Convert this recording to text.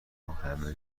همه